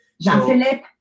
Jean-Philippe